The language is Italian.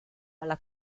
alla